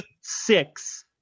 six